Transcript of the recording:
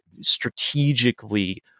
strategically